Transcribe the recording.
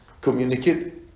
communicate